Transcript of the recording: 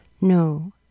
no